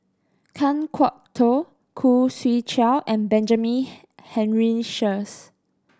Kan Kwok Toh Khoo Swee Chiow and Benjamin Henry Sheares